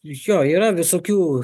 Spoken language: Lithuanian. jo yra visokių